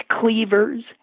cleavers